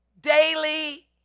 daily